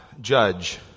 judge